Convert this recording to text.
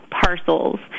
parcels